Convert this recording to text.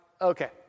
okay